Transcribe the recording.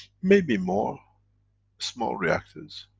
maybe more small reactors.